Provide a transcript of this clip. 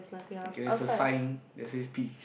okay there is a sign that says peach juice